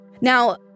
Now